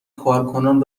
کارکنان